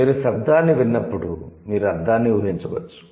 మీరు శబ్దాన్ని విన్నప్పుడు మీరు అర్థాన్ని ఊహించవచ్చు